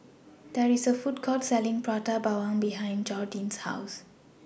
There IS A Food Court Selling Prata Bawang behind Jordyn's House